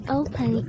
open